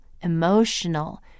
emotional